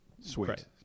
sweet